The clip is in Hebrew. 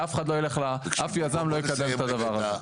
ואף יזם לא יקדם את הדבר הזה.